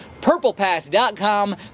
PurplePass.com